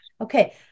Okay